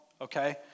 okay